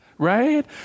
Right